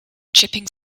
chipping